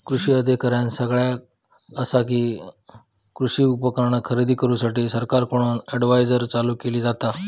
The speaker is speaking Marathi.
कृषी अधिकाऱ्यानं सगळ्यां आसा कि, कृषी उपकरणा खरेदी करूसाठी सरकारकडून अडव्हायजरी चालू केली जाता